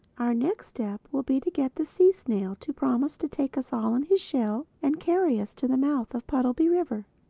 our next step will be to get the sea-snail to promise to take us all in his shell and carry us to the mouth of puddleby river.